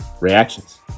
reactions